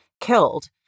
killed